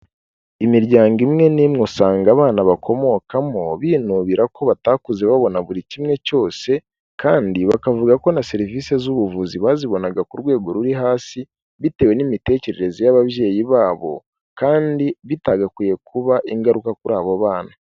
Imiryango imwe n'imwe usanga abana bakomokamo binubira ko batakuze babona buri kimwe cyose kandi bakavuga ko na serivise z'ubuvuzi bazibonaga ku rwego ruri hasi bitewe n'imitekerereze y'ababyeyi babo kandi bitagakwiye kuba ingaruka kuri abo bana.